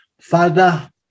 father